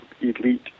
elite